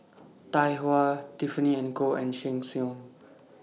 Tai Hua Tiffany and Co and Sheng Siong